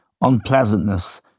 unpleasantness